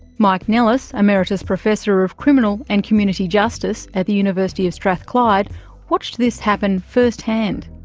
mike nellis emeritus professor of criminal and community justice at the university of strathclyde watched this happen firsthand.